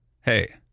hey